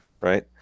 right